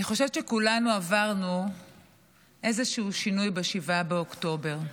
אני חושבת שכולנו עברנו איזשהו שינוי ב-7 באוקטובר,